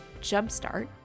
jumpstart